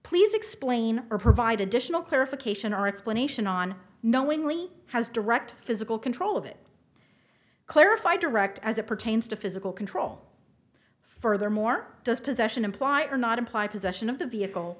please explain or provide additional clarification or explanation on knowingly has direct physical control of it clarify direct as it pertains to physical control furthermore does possession imply or not imply possession of the vehicle